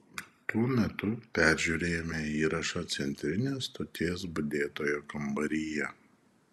tuo metu peržiūrėjome įrašą centrinės stoties budėtojo kambaryje